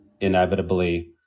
inevitably